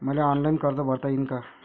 मले ऑनलाईन कर्ज भरता येईन का?